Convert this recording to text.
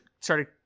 started